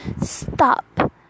Stop